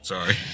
Sorry